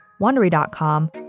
Wondery.com